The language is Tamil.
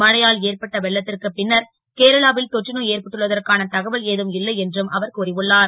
மழையால் ஏற்பட்ட வெள்ளத் ற்கு பின்னர் கேரளாவில் தொற்றுநோ ஏற்பட்டுள்ளதற்கான தகவல் ஏதும் இல்லை என்றும் அவர் கூறியுள்ளார்